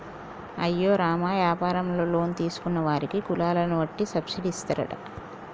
అయ్యో రామ యాపారంలో లోన్ తీసుకున్న వారికి కులాలను వట్టి సబ్బిడి ఇస్తారట